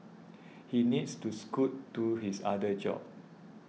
he needs to scoot to his other job